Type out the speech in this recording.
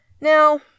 Now